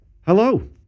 Hello